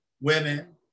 women